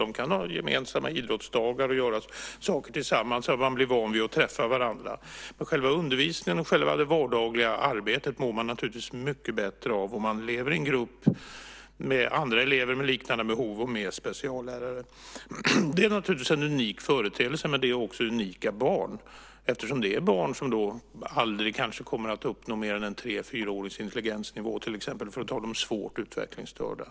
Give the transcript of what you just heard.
De kan ha gemensamma idrottsdagar och göra saker tillsammans så att de blir vana vid att träffa varandra. Men man mår naturligtvis mycket bättre om själva undervisningen och det vardagliga arbetet sker i en grupp av elever med liknande behov och med speciallärare. Det är naturligtvis en unik företeelse, men det är också unika barn. Det här är barn som kanske aldrig kommer att uppnå mer än en 3-4-årings intelligensnivå - för att ta de svårt utvecklingsstörda.